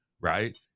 Right